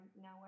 now